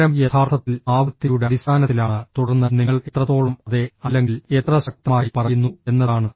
ഉത്തരം യഥാർത്ഥത്തിൽ ആവൃത്തിയുടെ അടിസ്ഥാനത്തിലാണ് തുടർന്ന് നിങ്ങൾ എത്രത്തോളം അതെ അല്ലെങ്കിൽ എത്ര ശക്തമായി പറയുന്നു എന്നതാണ്